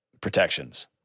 protections